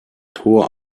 tor